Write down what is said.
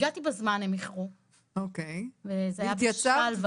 הגעתי בזמן והם איחרו וזה היה בשלווה,